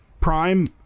Prime